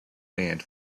banned